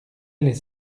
les